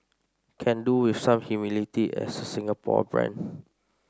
can do with some humility as a Singapore brand